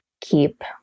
keep